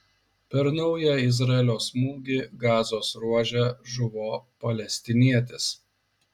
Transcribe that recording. per naują izraelio smūgį gazos ruože žuvo palestinietis